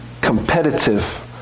competitive